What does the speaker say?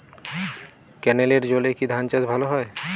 ক্যেনেলের জলে কি ধানচাষ ভালো হয়?